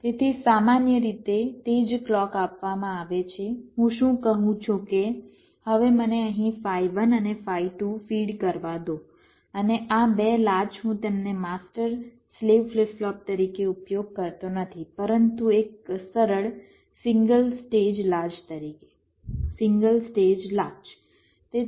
તેથી સામાન્ય રીતે તે જ ક્લૉક આપવામાં આવે છે હું શું કહું છું કે હવે મને અહીં ફાઇ 1 અને ફાઇ 2 ફીડ કરવા દો અને આ બે લાચ હું તેમને માસ્ટર સ્લેવ ફ્લિપ ફ્લોપ તરીકે ઉપયોગ કરતો નથી પરંતુ એક સરળ સિંગલ સ્ટેજ લાચ તરીકે સિંગલ સ્ટેજ લાચ